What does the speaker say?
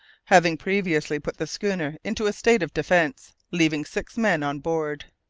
having previously put the schooner into a state of defense, leaving six men on board.